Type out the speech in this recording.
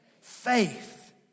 Faith